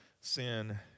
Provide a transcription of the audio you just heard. sin